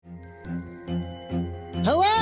Hello